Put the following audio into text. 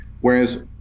Whereas